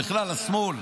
בכלל השמאל.